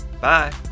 Bye